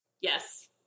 Yes